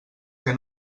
que